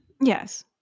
Yes